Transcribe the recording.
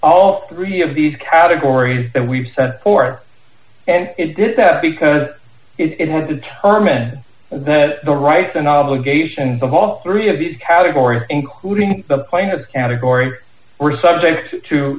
all three of these categories that we set forth and it did that because it would determine that the rights and obligations of all three of these categories including the plaintiff category were subject to